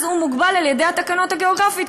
אז הוא מוגבל על-ידי התקנות הגיאוגרפיות,